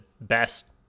best